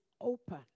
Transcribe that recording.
open